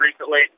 recently